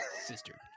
Sister